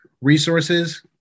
resources